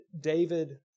David